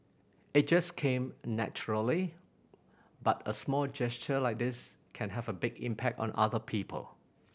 it just came naturally but a small gesture like this can have a big impact on other people